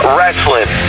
Wrestling